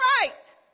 right